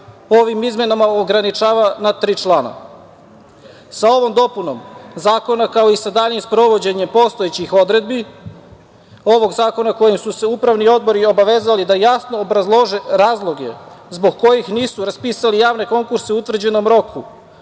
ovim izmenama ograničava na tri člana. Sa ovom dopunom zakona, kao i sa daljim sprovođenjem postojećih odredbi ovog zakona kojim su se upravni odbori obavezali da jasno obrazlože razloge zbog kojih nisu raspisali javne konkurse u utvrđenom roku,